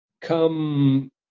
come